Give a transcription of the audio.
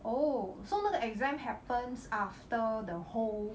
oh so 那个 exam happens after the whole